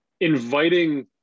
inviting